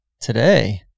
today